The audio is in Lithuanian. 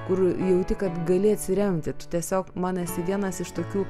kur jauti kad gali atsiremti tu tiesiog man esi vienas iš tokių